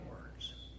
words